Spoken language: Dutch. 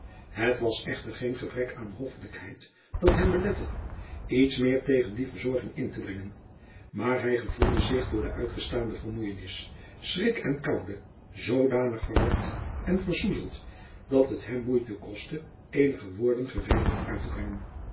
het was echter geen gebrek aan hoffelijkheid dat hem belette iets meer tegen die verzorging in te brengen maar hij gevoelde zich door de uitgestane vermoeienis schrik en koude zoodanig verward en versoezeld dat het hem moeite koste eenige woorden geregeld uit te brengen